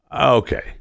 Okay